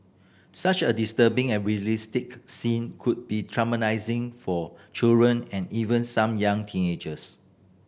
such a disturbing and realistic scene could be traumatising for children and even some young teenagers